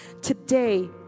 today